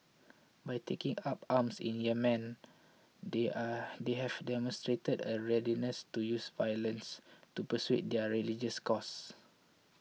by taking up arms in Yemen they are they have demonstrated a readiness to use violence to pursue their religious cause